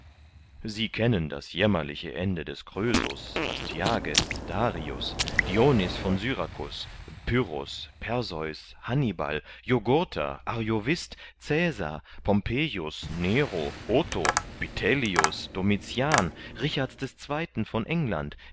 sie kennen das jämmerliche ende des krösus astyages darius dionys von syrakus pyrrhus perseus hannibal jugurtha ariovist cäsar pompejus nero otho bitellius domitian richards ii von england